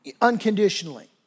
unconditionally